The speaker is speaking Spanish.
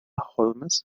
holmes